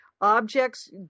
Objects